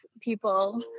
people